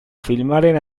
filmaren